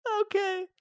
Okay